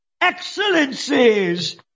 Excellencies